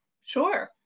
Sure